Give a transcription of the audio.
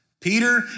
Peter